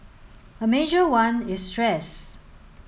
a major one is stress